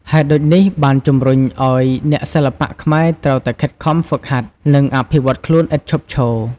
ហេតុដូចនេះបានជំរុញឱ្យអ្នកសិល្បៈខ្មែរត្រូវតែខិតខំហ្វឹកហាត់ និងអភិវឌ្ឍខ្លួនឥតឈប់ឈរ។